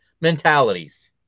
mentalities